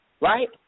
right